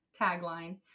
tagline